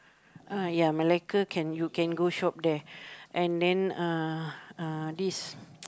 ah ya Malacca can you can go shop there and then uh uh this